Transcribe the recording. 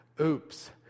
Oops